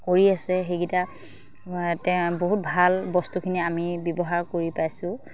কৰি আছে সেইকেইটা তেওঁ বহুত ভাল বস্তুখিনি আমি ব্যৱহাৰ কৰি পাইছোঁ